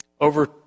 Over